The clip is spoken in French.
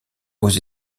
aux